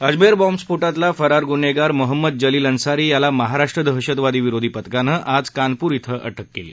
अजमेर बॉम्बस्फो ातली फरार गुन्हेगार महम्मद जलिल अन्सारी याला महाराष्ट्र दहतशवादी विरोधी पथकानं आज कानपूर इथं अ क केली